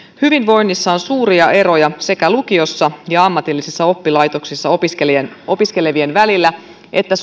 hyvinvoinnissa on suuria eroja sekä lukiossa ja ammatillisessa oppilaitoksessa opiskelevien välillä että